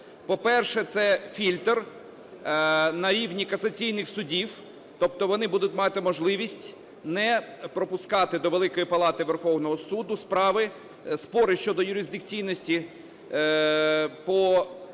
По-перше, це фільтр на рівні касаційних судів, тобто вони будуть мати можливість не пропускати до Великої Палати Верховного Суду справи… спори щодо юрисдикційності по тих